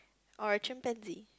or a chimpanzee